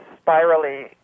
spirally